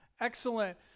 Excellent